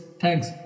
Thanks